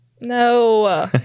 No